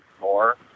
more